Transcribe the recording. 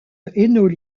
hainaut